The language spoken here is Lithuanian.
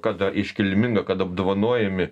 kada iškilminga kada apdovanojami